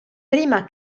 prima